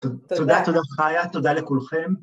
‫תודה, תודה, חיה, תודה לכולכם.